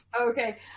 Okay